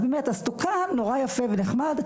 אז תוקן נורא יפה ונחמד,